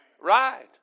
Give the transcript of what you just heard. Right